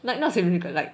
like not significant like